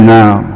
now